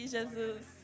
Jesus